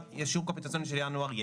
ברשומות, שהציבור גם יכול לראות את זה.